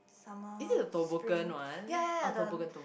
summer spring ya ya ya the